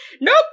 Nope